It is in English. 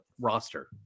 roster